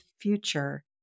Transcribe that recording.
future